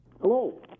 Hello